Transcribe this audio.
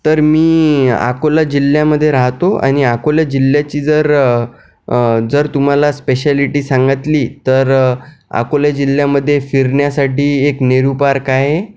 तर मी अकोला जिल्ह्यामध्ये राहतो आणि अकोला जिल्ह्याची जर जर तुम्हाला स्पेशलिटी सांगितली तर अकोला जिल्ह्यामध्ये फिरण्यासाठी एक नेहरू पार्क आहे